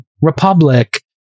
Republic